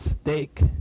steak